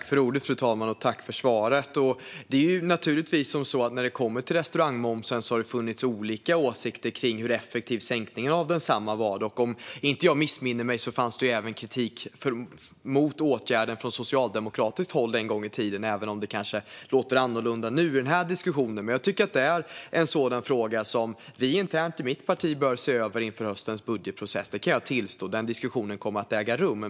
Fru talman! Jag tackar för svaret. När det kommer till restaurangmomsen har det naturligtvis funnits olika åsikter kring hur effektiv sänkningen av densamma var. Om jag inte missminner mig fanns det kritik mot åtgärden också från socialdemokratiskt håll en gång i tiden, även om det kanske låter annorlunda i den här diskussionen. Men jag tycker att det är en fråga som vi internt i mitt parti bör se över inför höstens budgetprocess. Det kan jag tillstå. Den diskussionen kommer att äga rum.